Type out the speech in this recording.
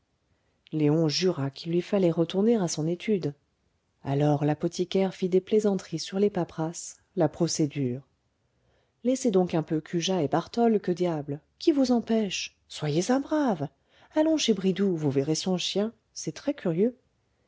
léon jura qu'il lui fallait retourner à son étude alors l'apothicaire fit des plaisanteries sur les paperasses la procédure laissez donc un peu cujas et bartole que diable qui vous empêche soyez un brave allons chez bridoux vous verrez son chien c'est très curieux